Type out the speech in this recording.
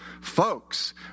folks